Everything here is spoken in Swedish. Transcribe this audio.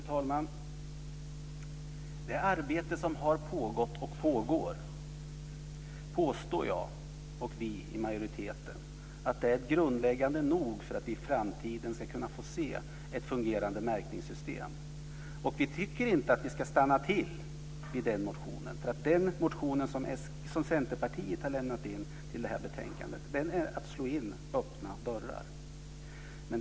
Fru talman! Det arbete som har pågått och pågår påstår vi i majoriteten är grundläggande nog för att vi i framtiden ska få se ett fungerande märkningssystem. Vi tycker inte att vi ska stanna till vid den motion som Centerpartiet har väckt till detta betänkande. Den slår in öppna dörrar.